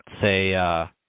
Say